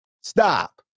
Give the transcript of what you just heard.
stop